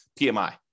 PMI